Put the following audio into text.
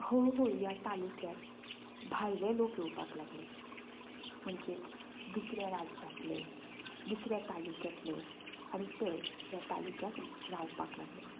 हळू हळू या तालुक्यांत भायले लोक येवपाक लागले म्हणजेच दुसऱ्या राज्यांतले दुसऱ्या तालुक्यांतले आणी ते ह्या तालुक्याक रावपाक लागले